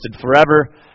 forever